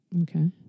Okay